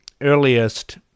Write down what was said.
earliest